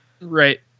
Right